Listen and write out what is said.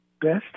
Best